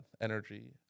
energy